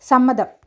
സമ്മതം